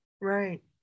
Right